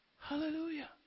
Hallelujah